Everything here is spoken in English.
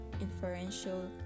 inferential